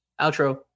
Outro